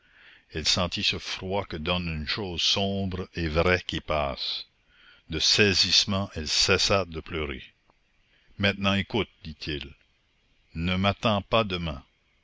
elle sentit ce froid que donne une chose sombre et vraie qui passe de saisissement elle cessa de pleurer maintenant écoute dit-il ne m'attends pas demain